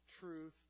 truth